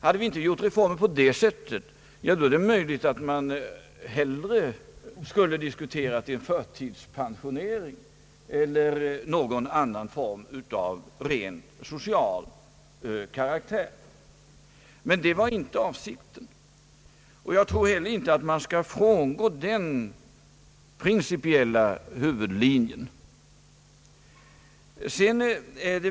Hade vi inte gjort reformen på detta sätt, är det möjligt att vi hellre hade diskuterat en förtidspensionering eller någon annan form av rent social karaktär. Det var dock inte avsikten. Jag tror heller inte att man skall frångå den principiella huvudlinjen.